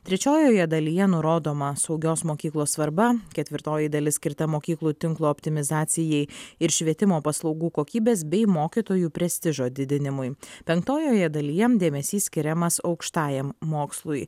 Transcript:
trečiojoje dalyje nurodoma saugios mokyklos svarba ketvirtoji dalis skirta mokyklų tinklo optimizacijai ir švietimo paslaugų kokybės bei mokytojų prestižo didinimui penktojoje dalyje dėmesys skiriamas aukštajam mokslui